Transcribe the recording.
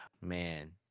man